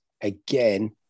again